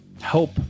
help